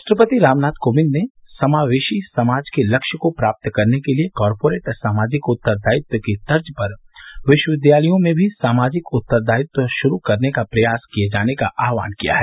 राष्ट्रपति रामनाथ कोविंद ने समावेशी समाज के लक्ष्य को प्राप्त करने के लिए कॉरपोरेट सामाजिक उत्तरदायित्व की तर्ज पर विश्वविद्यालयों में भी सामाजिक उत्तरदायित्व शुरू करने का प्रयास किये जाने का आहवान किया है